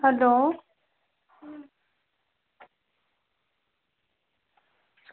hello